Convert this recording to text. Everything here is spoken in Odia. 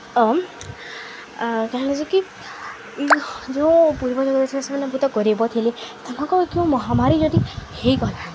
କାହିଁଲାଯେ କି ଯୋଉଁ ପୂର୍ବ ଜଗତରେ ସେମାନେ ବହୁତ ଗରିବ ଥିଲେ ତମକୁ କେଉଁ ମହାମାରୀ ଯଦି ହେଇଗଲା